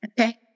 Okay